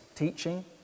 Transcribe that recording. Teaching